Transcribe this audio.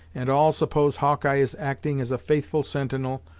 and all suppose hawkeye is acting as a faithful sentinel,